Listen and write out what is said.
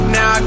Now